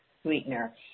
sweetener